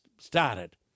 started